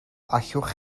allwch